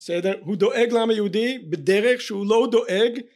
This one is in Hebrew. הוא דואג לעם היהודי בדרך שהוא לא דואג